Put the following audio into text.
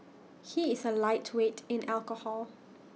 he is A lightweight in alcohol